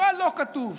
לא הלא-כתוב,